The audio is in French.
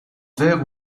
vers